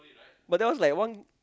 but that was like one